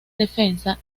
defensa